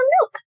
milk